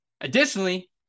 additionally